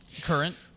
Current